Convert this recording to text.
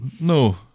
no